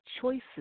choices